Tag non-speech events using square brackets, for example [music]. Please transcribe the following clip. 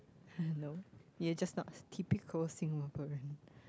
[laughs] no you're just not typical Singaporean